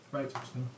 Right